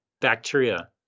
bacteria